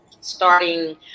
starting